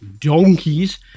donkeys